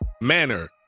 manner